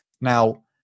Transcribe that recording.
Now